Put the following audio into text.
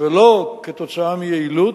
ולא כתוצאה מיעילות.